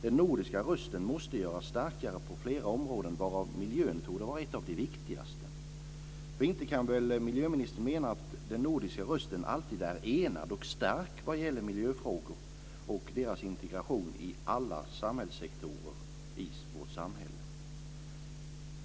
Den nordiska rösten måste göras starkare på flera områden, varav miljöområdet torde vara ett av de viktigaste. För inte kan väl miljöministern mena att den nordiska rösten alltid är enad och stark vad gäller miljöfrågor och deras integration i alla samhällssektorer i vårt samhälle?